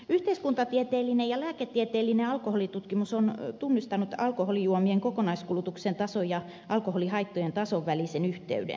yhteiskuntatieteellinen ja lääketieteellinen alkoholitutkimus on tunnistanut alkoholijuomien kokonaiskulutuksen tason ja alkoholihaittojen tason välisen yhteyden